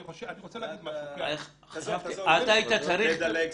סליחה, תדלג.